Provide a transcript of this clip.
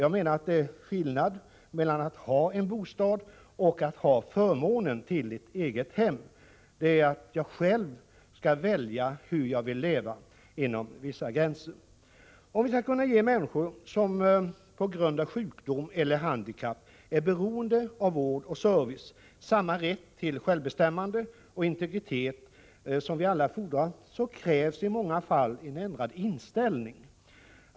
Jag menar att det är en skillnad mellan att ha en bostad och ha förmånen till ett eget hem. Jag skall själv, inom vissa gränser, välja hur jag vill leva. Om vi skall kunna ge människor som på grund av sjukdom eller handikapp är beroende av vård och service samma rätt till självbestämmande och integritet som vi alla fordrar, krävs i många fall en ändrad inställning.